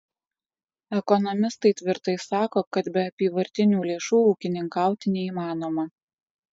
ekonomistai tvirtai sako kad be apyvartinių lėšų ūkininkauti neįmanoma